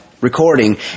recording